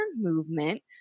Movement